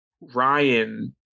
Ryan